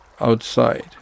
outside